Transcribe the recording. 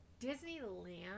disneyland